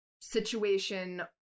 situation